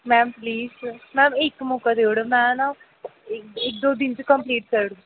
ma'am please ma'am इक मौका देई उड़ो मैं ना इक दो दिन च कम्पलीट करी ओड़गी